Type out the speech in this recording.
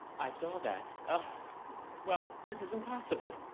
i saw that. well, this is impossible.